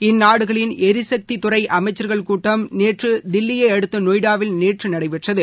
இந்நாடுகளின் துறைஅமைச்ச்கள் கூட்டம் நேற்றுதில்லியைஅடுத்தநொய்டாவில் நேற்றுநடைபெற்றது